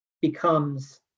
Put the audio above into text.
becomes